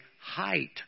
height